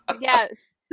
yes